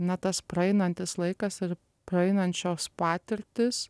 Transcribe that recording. na tas praeinantis laikas ir praeinančios patirtys